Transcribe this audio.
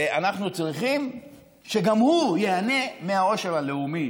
ואנחנו צריכים שגם הוא ייהנה מהעושר הלאומי